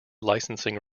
licensing